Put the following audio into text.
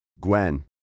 Gwen